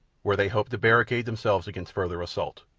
where they hoped to barricade themselves against further assault.